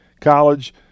College